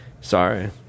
Sorry